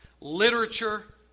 Literature